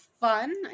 fun